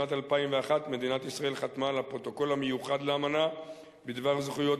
בשנת 2001 מדינת ישראל חתמה על הפרוטוקול המיוחד לאמנה בדבר זכויות